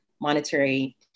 monetary